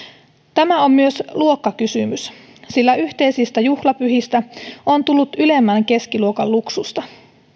tämä on myös luokkakysymys sillä yhteisistä juhlapyhistä on tullut ylemmän keskiluokan luksusta